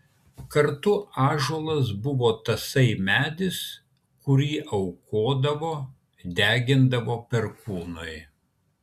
kartu ąžuolas buvo tasai medis kurį aukodavo degindavo perkūnui